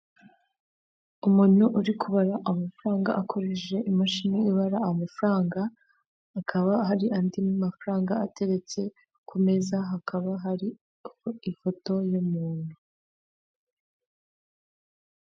Umuntu uri kubara amafaranga akoresheje imashini ibara amafaranga, hakaba hari andi mafaranga ateretse ku meza, hakaba hari ifoto y'umuntu.